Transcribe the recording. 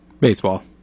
Baseball